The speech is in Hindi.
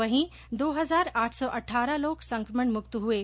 वहीं दो हजार आठ सौ अठारह लोग संकमण मुक्त हये